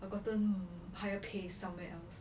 gotten higher pay somewhere else